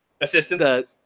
Assistance